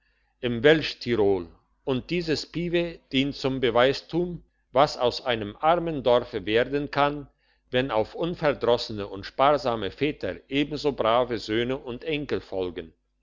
im welschtirol und dieses pieve dient zum beweistum was aus einem armen dorfe werden kann wenn auf unverdrossene und sparsame väter ebenso brave söhne und enkel folgen